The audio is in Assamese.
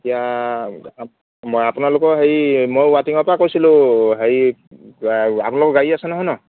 এতিয়া মই আপোনালোকৰ হেৰি মই ৱাটিঙৰ পৰা কৈছিলোঁ হেৰি আপোনালোকৰ গাড়ী আছে নহয় ন